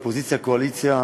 אופוזיציה קואליציה,